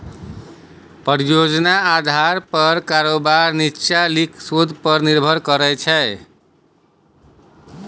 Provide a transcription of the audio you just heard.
परियोजना आधार पर कारोबार नीच्चां लिखल शोध पर निर्भर करै छै